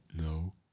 no